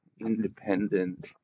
independent